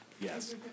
Yes